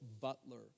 Butler